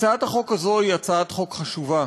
הצעת החוק הזו היא הצעת חוק חשובה,